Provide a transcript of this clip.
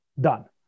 done